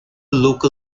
local